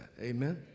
Amen